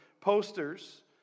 posters